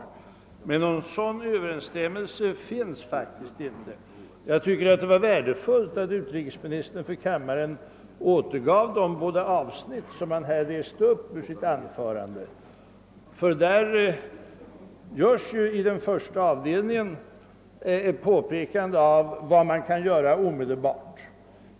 Någon sådan över ensstämmelse finns faktiskt inte. Det var värdefullt att utrikesministern för kammaren återgav de båda avsnitt som han läste upp ur sitt anförande. I första avdelningen av anförandet görs nämligen ett påpekande om vilka åtgärder som omedelbart kan vidtagas.